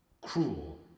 Cruel